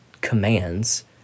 commands